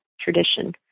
tradition